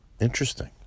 Interesting